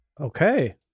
Okay